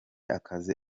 akazi